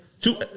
two